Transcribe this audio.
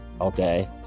Okay